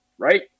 Right